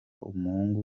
umuhungu